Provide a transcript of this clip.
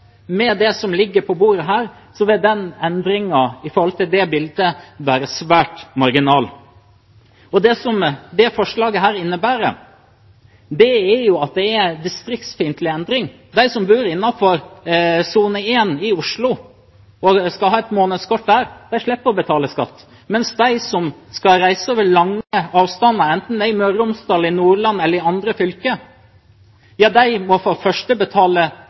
Med det som ligger på bordet her, vil den endringen med tanke på det bildet være svært marginal. Det som dette forslaget innebærer, er at det er en distriktsfiendtlig endring. De som bor innenfor sone 1 i Oslo og skal ha et månedskort der, slipper å betale skatt, mens de som skal reise over lange avstander, enten det er i Møre og Romsdal, i Nordland eller i andre fylker, for det første må betale mye skatt og i tillegg er de